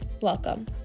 welcome